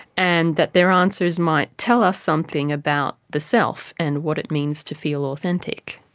and that their answers might tell us something about the self and what it means to feel authentic.